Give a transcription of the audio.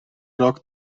rock